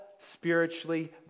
spiritually